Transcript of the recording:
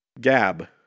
Gab